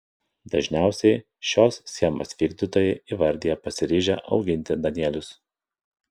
dažniausiai šios schemos vykdytojai įvardija pasiryžę auginti danielius